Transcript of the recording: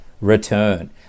Return